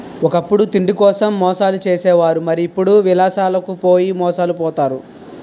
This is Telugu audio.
ఒకప్పుడు తిండికోసం మోసాలు చేసే వారు మరి ఇప్పుడు విలాసాలకు పోయి మోసాలు పోతారు